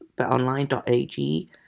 betonline.ag